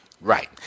Right